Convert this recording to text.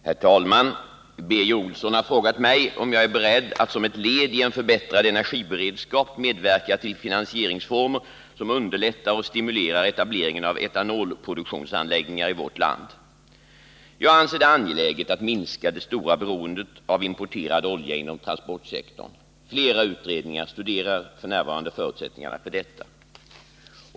Herr talman! Birger Olsson har frågat mig om jag är beredd att som ett led i en förbättrad energiberedskap medverka till finansieringsformer som underlättar och stimulerar etableringen av etanolproduktionsanläggningar i vårt land. Jag anser det angeläget att minska det stora beroendet av importerad olja inom transportsektorn. Flera utredningar studerar f. n. förutsättningarna för detta.